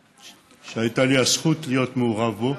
שהייתה לי הזכות להיות מעורב בו,